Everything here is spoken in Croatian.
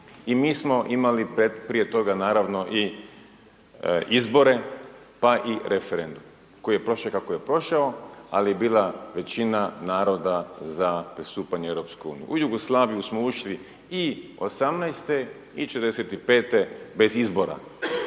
i mi smo imali prije toga naravno i izbore pa i referendum koji je prošao kako je prošao, ali je bila većina naroda za pristupanje EU. U Jugoslaviju smo ušli i '18. i '45. bez izbora.